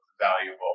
valuable